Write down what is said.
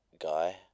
guy